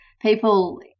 People